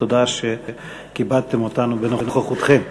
תודה שכיבדתם אותנו בנוכחותכם.